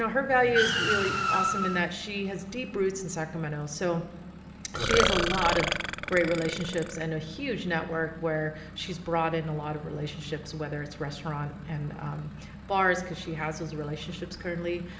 her value is really awesome in that she has deep roots in sacramento. so she has a lot of great relationships and a huge network where she's brought in a lot of relationships, whether it's restaurants and bars, because she has those relationships currently.